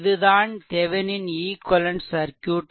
இதுதான் Thevenin equivalent circuit